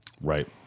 Right